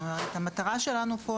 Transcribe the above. זאת אומרת המטרה שלנו פה,